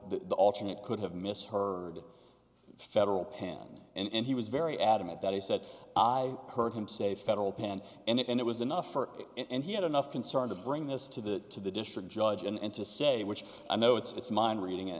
the alternate could have misheard federal pen and he was very adamant that he said i heard him say federal pen and it was enough for him and he had enough concern to bring this to the to the district judge and to say which i know it's mind reading